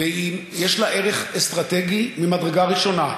יש לה ערך אסטרטגי ממדרגה ראשונה,